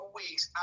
weeks